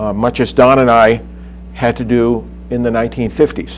ah much as don and i had to do in the nineteen fifty s.